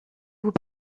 vous